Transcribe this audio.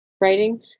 writing